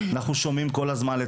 אנחנו שומעים על הזמן,